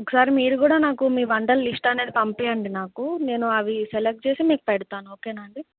ఒకసారి మీరు కూడా నాకు మీ వంటలు లిస్ట్ అనేది పంపించండి నాకు నేను అవి సెలెక్ట్ చేసి మీకు పెడతాను ఓకేనా అండి